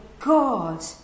God